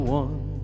one